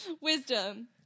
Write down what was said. Wisdom